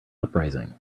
uprising